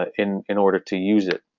in in order to use it.